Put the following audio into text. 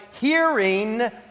hearing